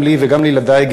גם לי וגם לילדי,